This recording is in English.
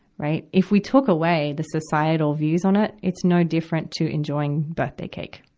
right? if we took away the societal views on it, it's no different to enjoying birthday cake.